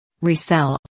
resell